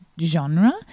genre